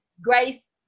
grace